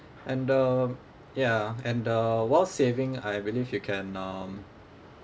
and uh ya and uh while saving I believe you can um